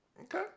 Okay